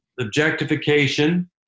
objectification